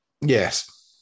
yes